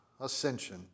ascension